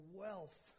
wealth